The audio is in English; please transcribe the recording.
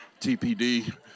TPD